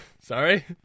Sorry